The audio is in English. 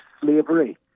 Slavery